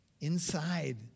Inside